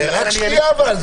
רק שנייה.